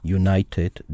united